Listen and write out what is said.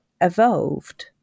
evolved